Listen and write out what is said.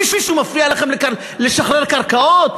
מישהו מפריע לכם לשחרר קרקעות?